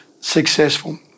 successful